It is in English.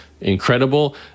incredible